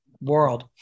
world